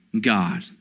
God